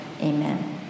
Amen